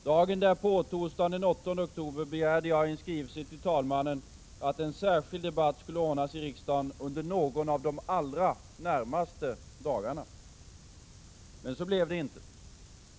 Dagen därpå — torsdagen den 8 oktober — begärde jag i en skrivelse till talmannen att en särskild debatt skulle ordnas i riksdagen under någon av de allra närmaste dagarna. Men så blev det inte.